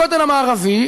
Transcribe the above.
הכותל המערבי,